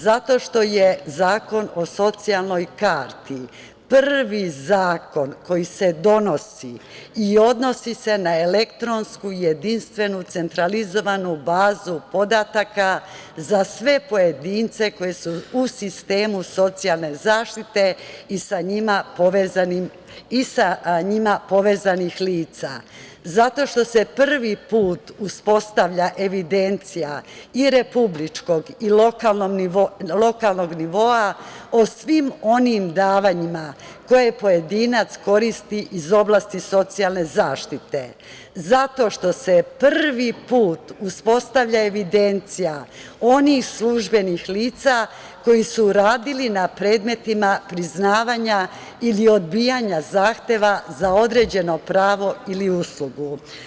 Zato što je Zakon o socijalnoj karti prvi zakon koji se donosi i odnosi se na elektronsku jedinstvenu centralizovanu bazu podataka za sve pojedince koji su u sistemu socijalne zaštite i sa njima povezanih lica, zato što se prvi put uspostavlja evidencija i republičkog i lokalnog nivoa o svim onim davanjima koje pojedinac koristi iz oblasti socijalne zaštite, zato što se prvi put uspostavlja evidencija onih službenih lica koji su radili na predmetima priznavanja ili odbijanja zahteva za određeno pravo ili uslugu.